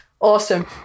Awesome